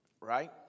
Right